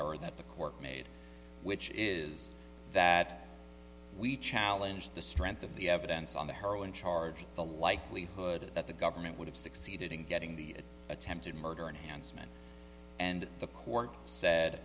error that the court made which is that we challenge the strength of the evidence on the heroin charge the likelihood that the government would have succeeded in getting the attempted murder and hence men and the court sa